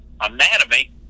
anatomy